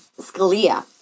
Scalia